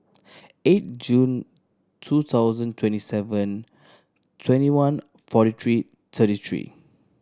eight June two thousand twenty seven twenty one forty three thirty three